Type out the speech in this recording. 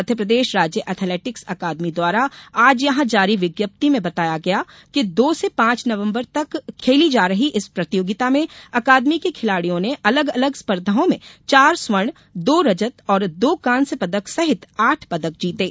मध्यप्रदेश राज्य एथलेटिक्स अकादमी द्वारा आज यहां जारी विज्ञप्ति में बताया गया कि दो से पांच नवंबर तक खेली जा रही है इस प्रतियोगिता में अकादमी के खिलाडियों ने अलग अलग स्पर्धाओं में चार स्वर्ण दो रजत और दो कांस्य पदक सहित कुल आठ पदक जीते हैं